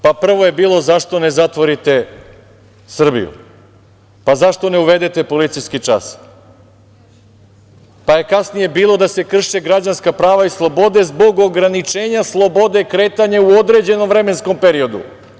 Prvo je bilo – zašto ne zatvorite Srbiju, pa zašto ne uvedete policijski čas, pa je kasnije bilo da se krše građanska prava i slobode zbog ograničenja slobode kretanja u određenom vremenskom periodu.